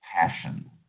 passion